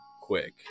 quick